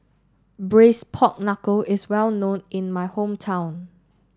Braised Pork Knuckle is well known in my hometown